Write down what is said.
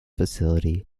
facility